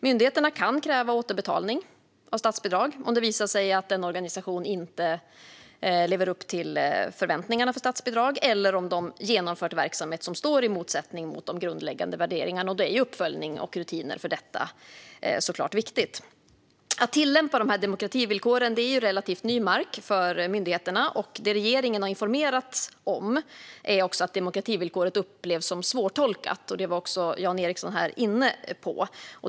Myndigheterna kan kräva återbetalning av statsbidrag om det visar sig att en organisation inte lever upp till förväntningarna för statsbidrag eller om de genomfört verksamhet som står i motsättning till de grundläggande värderingarna. Därför är uppföljning och rutiner för detta såklart viktigt. Att tillämpa demokrativillkoren är relativt ny mark för myndigheterna, och regeringen har informerats om att demokrativillkoret upplevs som svårtolkat, vilket Jan Ericson också var inne på.